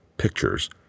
pictures